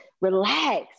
relax